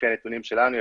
לפי הנתונים שלנו,